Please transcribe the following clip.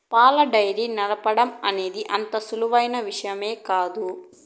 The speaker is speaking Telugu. పాల డెయిరీ నడపటం అనేది అంత సులువైన విషయమేమీ కాదు